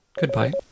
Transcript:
Goodbye